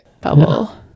bubble